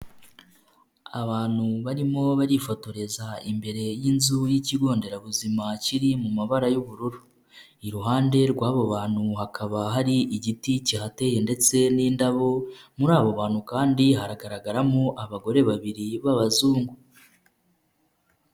Abantu barimo barifotoreza imbere y'inzu y'ikigo nderabuzima kiri mu mabara y'ubururu, iruhande rw'abo bantu hakaba hari igiti kihateye ndetse n'indabo, muri abo bantu kandi hagaragaramo abagore babiri b'abazungu.